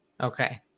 Okay